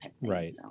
Right